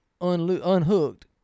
unhooked